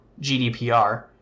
GDPR